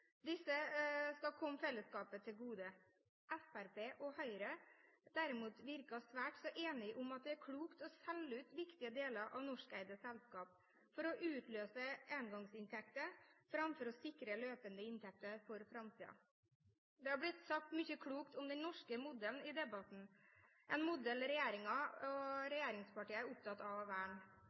Disse skal komme fellesskapet til gode. Fremskrittspartiet og Høyre, derimot, virker svært så enige om at det er klokt å selge ut viktige deler av norskeide selskap for å utløse engangsinntekter, framfor å sikre løpende inntekter for framtiden. Det har blitt sagt mye klokt om den norske modellen i debatten, en modell regjeringen og regjeringspartiene er opptatt av